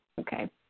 Okay